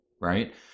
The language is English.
right